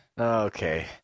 Okay